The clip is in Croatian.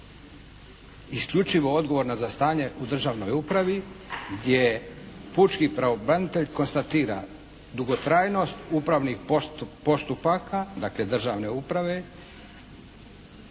isključivo odgovorna za stanje u državnoj upravi gdje pučki pravobranitelj konstatira dugotrajnost upravnih postupaka, dakle državne uprave